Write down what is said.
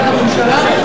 משרד התיירות (עידוד תיירות במגזר הערבי),